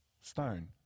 stone